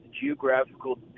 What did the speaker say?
geographical